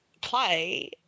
play